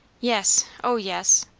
yes. o yes!